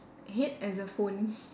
head as a phone